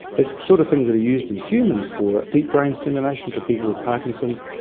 the sort of things that are used in humans for deep-brain stimulation for people with parkinson's,